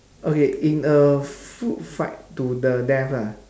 okay in a food fight to the death lah